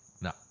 No